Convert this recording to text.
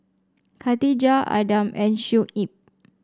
Khatijah Adam and Shuib